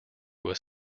was